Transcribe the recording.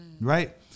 right